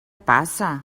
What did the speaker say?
passa